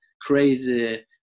crazy